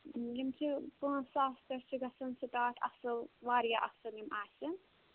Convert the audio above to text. یِم چھِ پأنٚژ ساس پیٚٹھ چھِ گژھان سِٹاٹ اَصٕل واریاہ اَصٕل یِم آسان